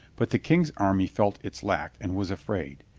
but the king's army felt its lack and was afraid.